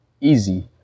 easy